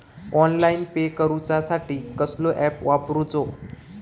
Online pay करूचा साठी कसलो ऍप वापरूचो?